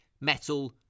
Metal